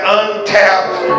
untapped